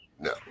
No